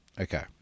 Okay